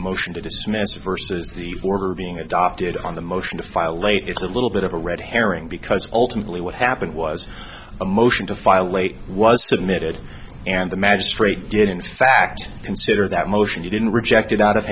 motion to dismiss or versus the order being adopted on the motion to file late it's a little bit of a red herring because ultimately what happened was a motion to file late was submitted and the magistrate did in fact consider that motion he didn't reject it out of